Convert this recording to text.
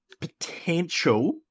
potential